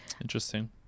interesting